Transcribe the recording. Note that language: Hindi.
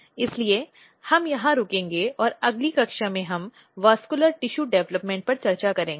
इसलिए हम यहां रुकेंगे और अगली कक्षा में हम संवहनी ऊतक विकास पर चर्चा करेंगे